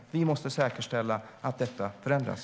Vi måste säkerställa att detta förändras.